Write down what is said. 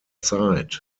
zeit